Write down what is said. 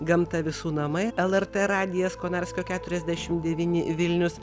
gamta visų namai lrt radijas konarskio keturiasdešim devyni vilnius